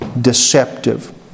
deceptive